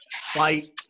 fight